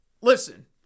Listen